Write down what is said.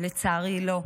לצערי לא.